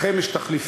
לכם יש תחליפים,